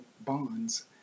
bonds